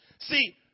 See